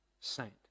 Saint